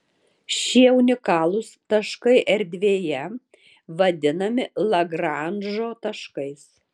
šie unikalūs taškai erdvėje vadinami lagranžo taškais